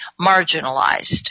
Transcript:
marginalized